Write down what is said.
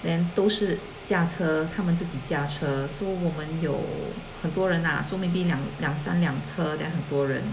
then 都是驾车他们自己驾车 so 我们有很多人 lah so maybe 两两三辆车 then 很多人